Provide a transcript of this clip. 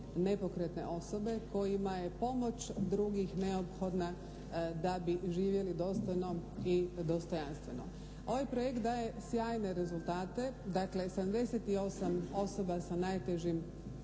nepokretne osobe kojima je pomoć drugih neophodna da bi živjeli dostojno i dostojanstveno. Ovaj projekt daje sjajne rezultate, dakle 78 osoba sa najtežim